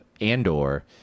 Andor